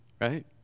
right